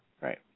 Right